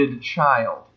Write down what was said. child